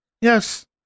Yes